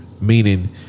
Meaning